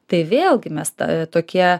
tai vėlgi mes ta tokie